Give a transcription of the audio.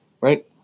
right